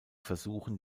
versuchen